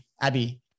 Abby